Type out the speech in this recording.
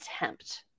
attempt